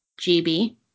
GB